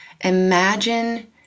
Imagine